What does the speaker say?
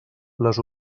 les